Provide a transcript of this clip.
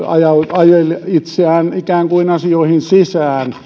ajoi itseään ikään kuin asioihin sisään